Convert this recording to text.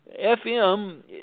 FM